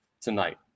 tonight